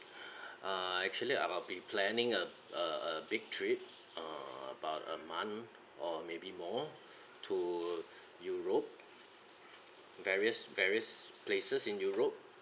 uh actually I'll I'll be planning a a a big trip err about a month or maybe more to europe various various places in europe